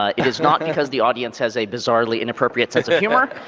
ah it is not because the audience has a bizarrely inappropriate sense of humor.